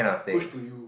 push to you